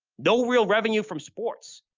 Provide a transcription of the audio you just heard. no real revenue from sports.